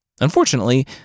Unfortunately